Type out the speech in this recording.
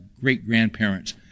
great-grandparents